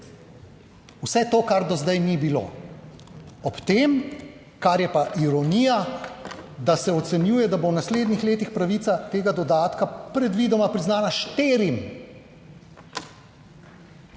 vse to, kar do zdaj ni bilo. Ob tem, kar je pa ironija, da se ocenjuje, da bo v naslednjih letih pravica tega dodatka predvidoma priznana štirim